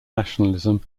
nationalism